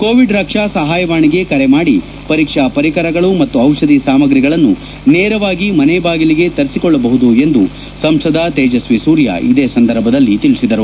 Covid Raksha ಸಹಾಯವಾಣಿಗೆ ಕರೆ ಮಾಡಿ ಪರೀಕ್ಷಾ ಪರಿಕರಗಳು ಮತ್ತು ಔಷಧಿ ಸಾಮಾಗ್ರಿಗಳನ್ನು ನೇರವಾಗಿ ಮನೆ ಬಾಗಿಲಿಗೆ ತರಿಸಿಕೊಳ್ಳಬಹುದು ಎಂದು ಸಂಸದ ತೇಜಸ್ತಿ ಸೂರ್ಯ ಇದೇ ಸಂದರ್ಭದಲ್ಲಿ ತಿಳಿಸಿದರು